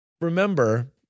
remember